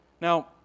Now